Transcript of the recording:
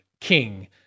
king